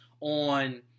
on